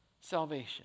salvation